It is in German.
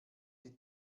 die